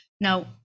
now